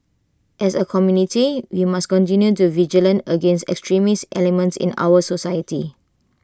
as A community we must continue to vigilant against extremist elements in our society